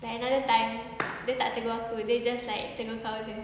like another time dia tak tegur aku dia just like tegur kau jer